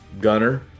Gunner